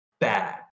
bad